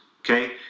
okay